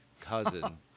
cousin